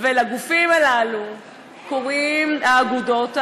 ולגופים הללו קוראים האגודות העות'מאניות.